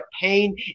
pain